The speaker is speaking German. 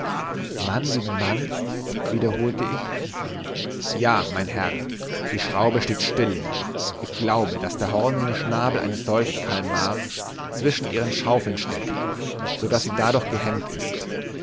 mann gegen mann wiederholte ich ja mein herr die schraube steht stille ich glaube daß der hornene schnabel eines solchen kalmars zwischen ihren schaufeln steckt so daß sie dadurch gehemmt ist